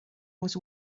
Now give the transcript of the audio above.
was